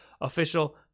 official